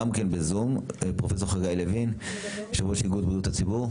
גם כן בזום, פרופ' חגי לוין, יו"ר בריאות הציבור.